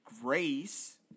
Grace